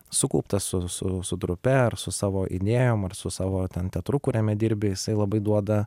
sukauptas su su su drupe ar su savo idėjom ar su savo ten teatru kuriame dirbi jisai labai duoda